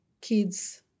kids